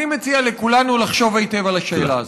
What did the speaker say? אני מציע לכולנו לחשוב היטב על השאלה הזאת.